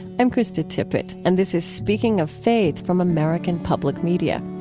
i'm krista tippett, and this is speaking of faith from american public media.